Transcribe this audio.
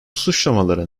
suçlamalara